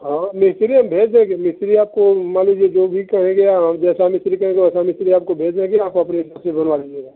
हाँ मिस्त्री हम भेज देंगे मिस्त्री आपको मान लीजिए जो भी कहेंगे या जैसा मिस्त्री कहिएगा वैसा मिस्त्री आपको भेज देंगे आप हिसाब से बनवा लीजिएगा